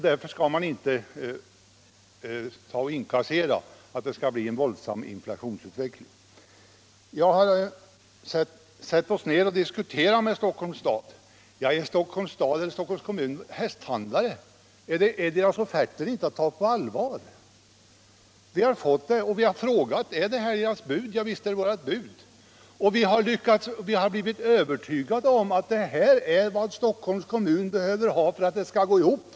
Därför skall man inte dra växlar på att det blir en våldsam inflationsutveckling. Vi skall alltså sätta oss ned och diskutera med Stockholms kommun. Är Stockholms kommun hästhandlare? Är dess offerter inte att ta på allvar? Vi har frågat om detta är deras bud och visst är det deras bud. Vi har blivit övertygade om att detta är vad Stockholms kommun behöver ha för att få det att gå ihop.